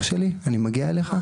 אני מגיע אליך,